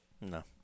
No